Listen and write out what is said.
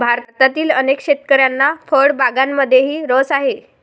भारतातील अनेक शेतकऱ्यांना फळबागांमध्येही रस आहे